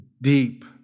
deep